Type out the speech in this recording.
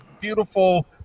beautiful